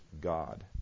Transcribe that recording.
God